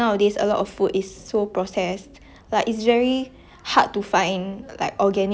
吃了 like 很健康的食物 you know it's like err how to say